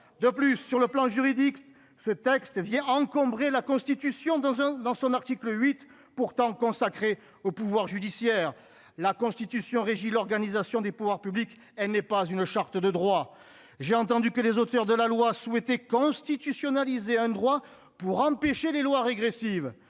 de plus sur le plan juridique, ce texte vient encombrer la constitution dans un, dans son article 8 pourtant consacré au pouvoir judiciaire, la Constitution régit l'organisation des pouvoirs publics, elle n'est pas une charte de droits, j'ai entendu que les auteurs de la loi souhaitée constitutionnaliser un droit pour empêcher les lois régressives